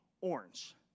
orange